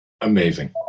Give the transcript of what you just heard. amazing